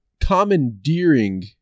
commandeering